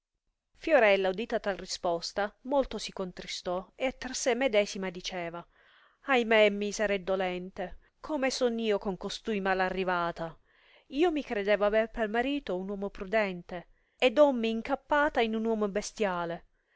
moneta fiorella udita tal risposta molto si contristò e tra se medesima diceva ahimè misera e dolente come sono io con costui mal arrivata io mi credevo aver per marito un uomo prudente ed hommi incappata in un uomo bestiale